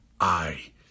I